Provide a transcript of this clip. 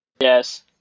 yes